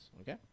okay